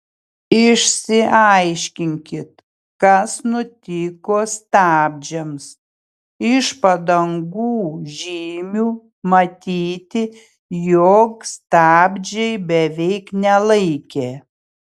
išsiaiškinkit kas nutiko stabdžiams iš padangų žymių matyti jog stabdžiai beveik nelaikė